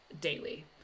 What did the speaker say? daily